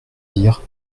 dire